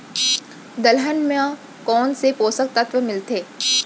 दलहन म कोन से पोसक तत्व मिलथे?